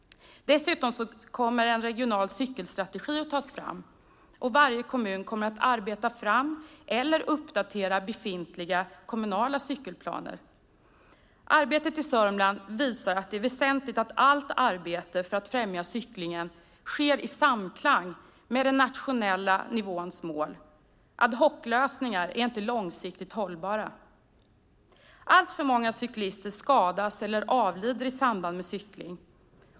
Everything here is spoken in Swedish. Dessutom kommer en regional cykelstrategi att tas fram, och varje kommun kommer att arbeta fram eller uppdatera befintliga kommunala cykelplaner. Arbetet i Sörmland visar att det är väsentligt att allt arbete för att främja cyklingen sker i samklang med den nationella nivåns mål. Ad hoc-lösningar är inte långsiktigt hållbara. Alltför många cyklister skadas eller avlider i samband med cykling.